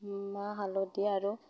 মাহ হালধি আৰু